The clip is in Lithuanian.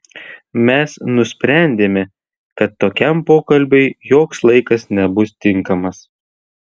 mes nusprendėme kad tokiam pokalbiui joks laikas nebus tinkamas